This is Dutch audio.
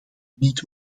niet